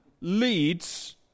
leads